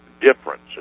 difference